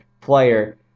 player